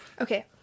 Okay